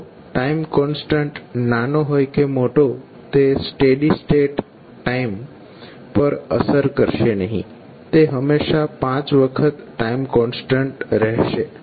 તો time constant નાનો હોય કે મોટો તે સ્ટેડી સ્ટેટ ટાઈમ પર અસર કરશે નહીં તે હંમેશા 5 વખત ટાઈમ કોન્સ્ટન્ટ રહેશે